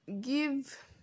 Give